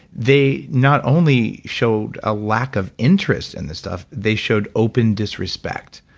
they not only showed a lack of interest in this stuff. they showed open disrespect